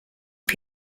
phd